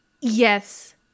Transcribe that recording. Yes